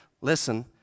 Listen